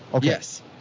Yes